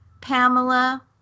Pamela